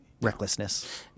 recklessness